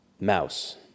Mouse